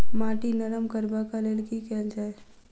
माटि नरम करबाक लेल की केल जाय?